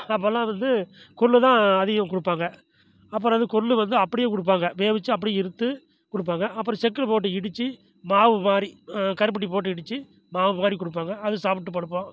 அப்போல்லாம் வந்து கொள் தான் அதிகம் கொடுப்பாங்க அப்புறம் இது கொள் வந்து அப்படியே கொடுப்பாங்க வேக வச்சு அப்படியே எடுத்து கொடுப்பாங்க அப்புறம் செக்கில் போட்டு இடிச்சு மாவு மாதிரி கருப்பட்டி போட்டு இடிச்சு மாவு மாதிரி கொடுப்பாங்க அது சாப்பிட்டு படுப்போம்